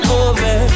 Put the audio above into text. over